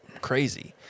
crazy